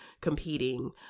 competing